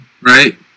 right